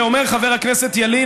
ואומר חבר הכנסת ילין,